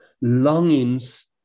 longings